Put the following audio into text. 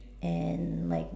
and my